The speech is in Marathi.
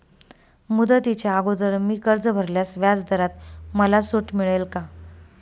मुदतीच्या अगोदर मी कर्ज भरल्यास व्याजदरात मला सूट मिळेल का?